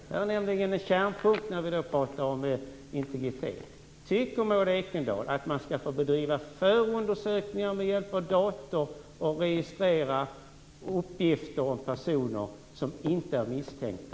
Detta är nämligen kärnpunkten när man talar om integritet. Tycker Maud Ekendahl att man skall få bedriva förundersökningar med hjälp av datorer och registrera uppgifter om personer som inte är misstänkta?